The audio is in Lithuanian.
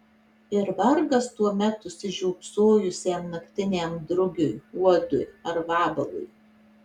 ir vargas tuomet užsižiopsojusiam naktiniam drugiui uodui ar vabalui